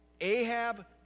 Ahab